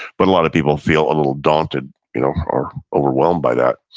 but a lot of people feel a little daunted you know or overwhelmed by that.